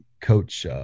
Coach